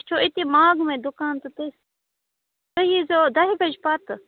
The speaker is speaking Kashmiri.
اَسہِ چھُ أتی ماگمے دُکان تہٕ تُہُۍ ییٖزٮ۪و دَہہِ بَجہِ پَتہٕ